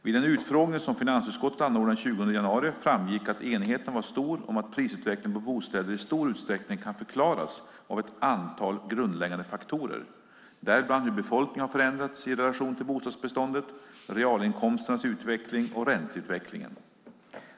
Vid den utfrågning som finansutskottet anordnade den 20 januari framgick att enigheten var stor om att prisutvecklingen på bostäder i stor utsträckning kan förklaras av ett antal grundläggande faktorer, däribland hur befolkningen har förändrats i relation till bostadsbeståndet, realinkomsternas utveckling och ränteutvecklingen.